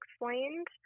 explained